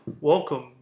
welcome